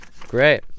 Great